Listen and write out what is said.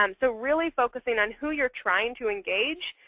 um so really focusing on who you're trying to engage,